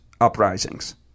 uprisings